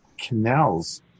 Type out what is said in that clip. canals